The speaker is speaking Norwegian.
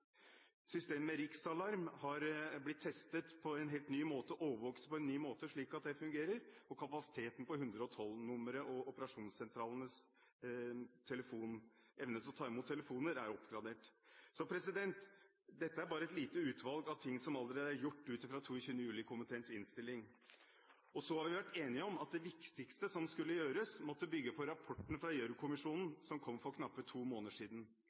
Systemet med riksalarm har blitt testet og overvåkes på en helt ny måte slik at det fungerer, og kapasiteten på 112-numre og operasjonssentralenes evne til å ta imot telefoner er oppgradert. Dette er bare et lite utvalg av ting som allerede er gjort ut fra 22. juli-komiteens innstilling. Så har vi vært enige om at det viktigste som skulle gjøres, måtte bygge på rapporten fra Gjørv-kommisjonen som kom for knappe to måneder siden.